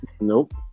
nope